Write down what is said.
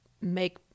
Make